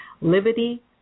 liberty